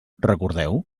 recordeu